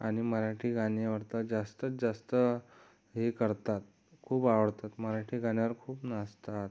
आणि मराठी गाणी आवडतात जास्तीत जास्त हे करतात खूप आवडतात मराठी गाण्यावर खूप नाचतात